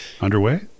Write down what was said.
underway